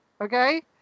okay